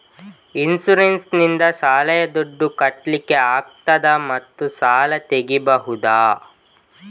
Insurance ನಿಂದ ಶಾಲೆಯ ದುಡ್ದು ಕಟ್ಲಿಕ್ಕೆ ಆಗ್ತದಾ ಮತ್ತು ಸಾಲ ತೆಗಿಬಹುದಾ?